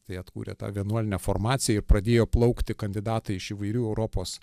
tai atkūrė tą vienuolinę formaciją ir pradėjo plaukti kandidatai iš įvairių europos